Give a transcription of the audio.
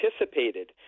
anticipated